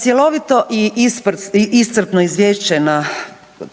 cjelovito i iscrpno izvješće na